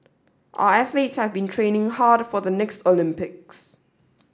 or athletes have been training hard for the next Olympics